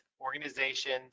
organizations